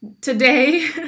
today